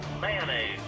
mayonnaise